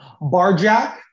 barjack